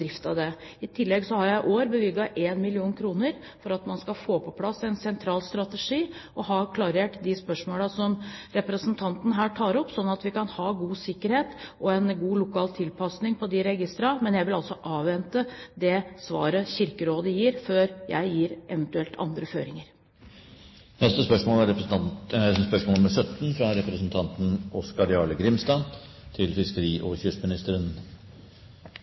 drift av registeret. I tillegg har jeg i år bevilget 1 mill. kr for å få på plass en sentral strategi og for å få klarert de spørsmålene som representanten her tar opp, slik at vi kan ha god sikkerhet og en god lokal tilpasning for disse registrene. Men jeg vil altså avvente det svaret Kirkerådet gir, før jeg gir eventuelt andre føringer. «I forbindelse med petroleumsaktiviteten langs kysten er